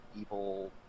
evil